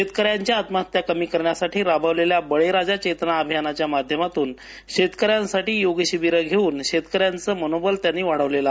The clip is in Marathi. शेतकऱ्यांच्या आत्महत्या कमी करण्यासाठी राबवलेल्या बळीराजा चेतना अभियानाच्या माध्यमातून शेतकऱ्यांसाठी योग शिबिरं घेऊन शेतकऱ्यांचं मनोबल वाढवलं